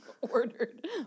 ordered